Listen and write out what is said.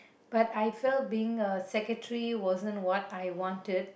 but I felt being a secretary wasn't what I wanted